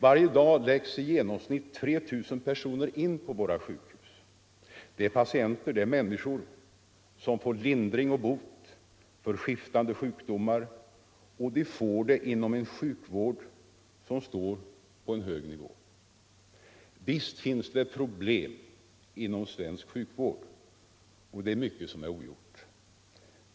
Varje dag läggs i genomsnitt 3 000 personer in på våra sjukhus. Det är människor som får lindring och bot för skiftande sjukdomar och de får det inom en sjukvård som står på en hög nivå. Visst finns det problem inom svensk sjukvård och det är mycket som är ogjort.